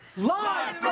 live